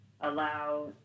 allow